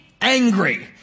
Angry